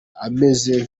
ameze